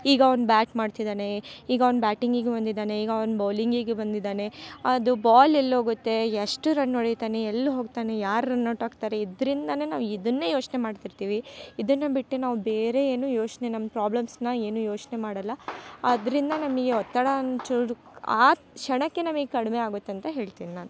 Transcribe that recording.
ಈಗ ಅವ್ನ ಬ್ಯಾಟ್ ಮಾಡ್ತಿದಾನೆ ಈಗ ಅವ್ನ ಬ್ಯಾಟಿಂಗಿಗೆ ಬಂದಿದ್ದಾನೆ ಈಗ ಅವ್ನ ಬೊಲಿಂಗಿಗೆ ಬಂದಿದ್ದಾನೆ ಅದು ಬಾಲ್ ಎಲ್ಲೋಗತ್ತೆ ಎಷ್ಟು ರನ್ ಹೊಡಿಯುತ್ತಾನೆ ಎಲ್ಲಿ ಹೋಗ್ತಾನೆ ಯಾರು ರನ್ ಔಟ್ ಆಗ್ತಾರೆ ಇದರಿಂದಾನೆ ನಾವು ಇದನ್ನೆ ಯೋಚನೆ ಮಾಡ್ತಿರ್ತೀವಿ ಇದನ್ನ ಬಿಟ್ಟು ನಾವು ಬೇರೆ ಏನು ಯೋಚನೆ ನಮ್ಮ ಪ್ರಾಬ್ಲಮ್ಸ್ನ ಏನು ಯೋಚನೆ ಮಾಡಲ್ಲ ಅದರಿಂದ ನಮಗೆ ಒತ್ತಡ ಒಂಚೂರು ಆ ಕ್ಷಣಕ್ಕೆ ನಮಗೆ ಕಡಿಮೆ ಆಗುತ್ತೆ ಅಂತ ಹೇಳ್ತಿನಿ ನಾನು